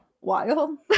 wild